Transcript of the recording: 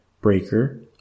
Breaker